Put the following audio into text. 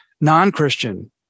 non-Christian